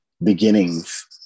beginnings